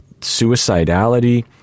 suicidality